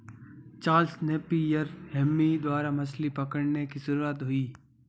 Charles Napier Hemy द्वारा मछली पकड़ने की शुरुआत हुई